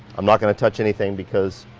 i'm not gonna touch anything because